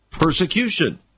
Persecution